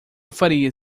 faria